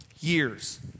years